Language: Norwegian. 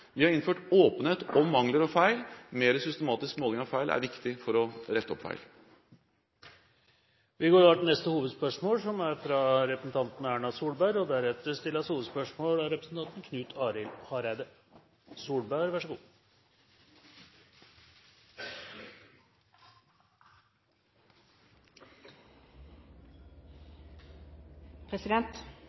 vi har innført åpenhet om mangler og feil, mer systematisk måling av feil er viktig for å rette opp feil. Vi går til neste hovedspørsmål.